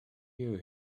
you